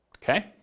Okay